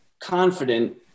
confident